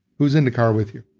who's in the car with you?